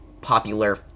popular